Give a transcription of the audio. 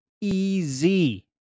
easy